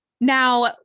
Now